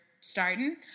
starting